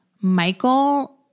Michael